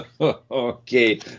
okay